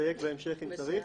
נדייק בהמשך אם צריך.